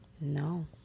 No